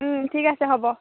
ঠিক আছে হ'ব